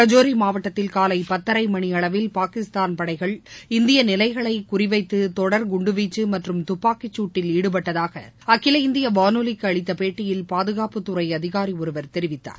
ரஜோரி மாவட்டத்தில் காலை பத்தரை மணியளவில் பாகிஸ்தான் படைகள் இந்திய நிலைகளை குறிவைத்து தொடர் குண்டுவீச்சு மற்றும் துப்பாக்கிச்சூட்டில் ஈடுபட்டதாக அகில இந்திய வானொலிக்கு அளித்த பேட்டியில் பாதுகாப்புத்துறை அதிகாரி ஒருவர் தெரிவித்தார்